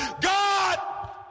God